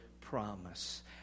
promise